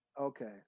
Okay